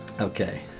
Okay